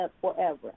forever